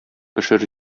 пешер